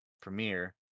premiere